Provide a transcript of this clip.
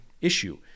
issue